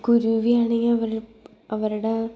ഇപ്പോൾ കുരുവിയാണെങ്കിൽ അവർ അവരുടെ